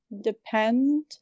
depend